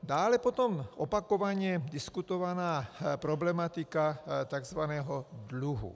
Dále potom opakovaně diskutovaná problematika takzvaného dluhu.